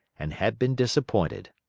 and had been disappointed.